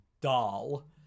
doll